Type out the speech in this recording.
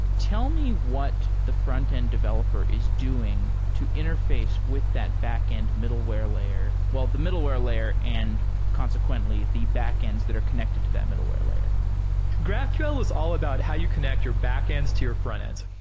tell me what the frontend developer is doing to interface with that backend middleware layer. well, the middleware layer and consequently the backends that are connected to that middleware layer graphql was all about how you connect your backends to your frontends,